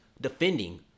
defending –